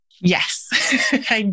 Yes